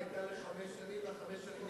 היא היתה לחמש שנים וחמש השנים נגמרו,